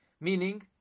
Meaning